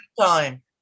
time